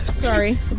sorry